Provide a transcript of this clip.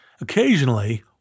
Occasionally